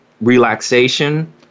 relaxation